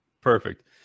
Perfect